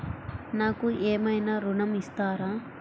నాకు ఏమైనా ఋణం ఇస్తారా?